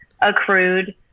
accrued